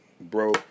bro